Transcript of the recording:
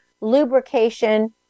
lubrication